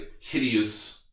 hideous